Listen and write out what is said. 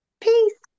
Peace